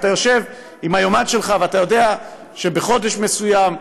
אתה יושב עם היומן שלך ואתה יודע שבחודש מסוים,